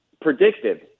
predictive